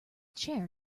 chair